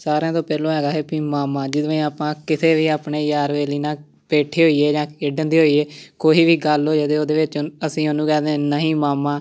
ਸਾਰਿਆਂ ਤੋਂ ਪਹਿਲੋਂ ਹੈਗਾ ਹੀ ਵੀ ਮਾਮਾ ਜਿਵੇਂ ਆਪਾਂ ਕਿਸੇ ਵੀ ਆਪਣੇ ਯਾਰ ਵੇਲੀ ਨਾਲ ਬੈਠੇ ਹੋਈਏ ਜਾਂ ਖੇਡਣ ਦੀ ਹੋਈਏ ਕੋਈ ਵੀ ਗੱਲ ਹੋ ਜਾਵੇ ਉਹਦੇ ਵਿੱਚ ਉਨ ਅਸੀਂ ਉਹਨੂੰ ਕਹਿੰਦੇ ਨਹੀਂ ਮਾਮਾ